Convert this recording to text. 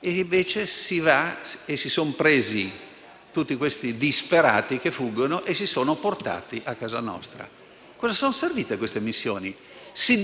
invece, abbiamo preso tutti questi disperati che fuggono e li abbiamo portati a casa nostra. A cosa sono servite queste missioni? Su